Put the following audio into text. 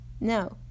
no